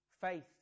Faith